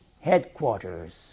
headquarters